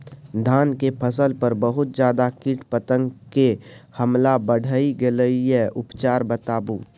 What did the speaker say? धान के फसल पर बहुत ज्यादा कीट पतंग के हमला बईढ़ गेलईय उपचार बताउ?